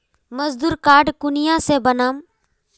मजदूर कार्ड कुनियाँ से बनाम?